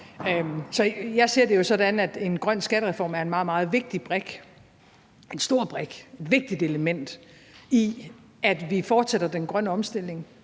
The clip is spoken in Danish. jeg ser det jo sådan, at en grøn skattereform er en meget, meget vigtig brik, en stor brik, et vigtigt element i, at vi fortsætter den grønne omstilling,